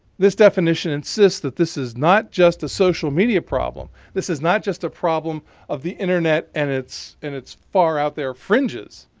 this definition insists that this is not just a social media problem. this is not just a problem of the internet and its and its far out there fringes.